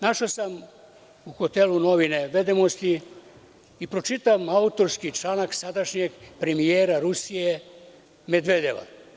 Našao sam u hotelu novine „Vedemosti“ i pročitao sam autorski članak sadašnjeg premijera Rusije Medvedeva.